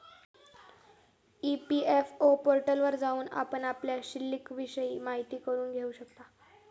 EPFO पोर्टलवर जाऊन आपण आपल्या शिल्लिकविषयी माहिती करून घेऊ शकता